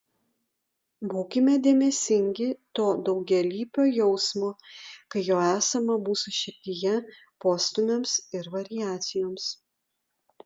būkime dėmesingi to daugialypio jausmo kai jo esama mūsų širdyje postūmiams ir variacijoms